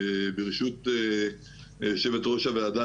ברשות יושבת ראש הוועדה,